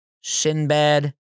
Sinbad